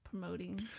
Promoting